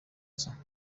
tubana